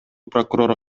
прокурор